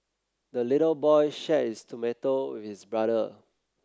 the little boy shared his tomato with brother